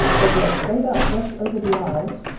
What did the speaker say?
they grow straight up just over the eyes,